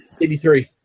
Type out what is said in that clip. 83